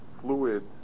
fluid